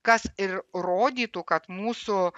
kas ir rodytų kad mūsų